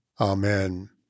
Amen